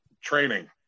training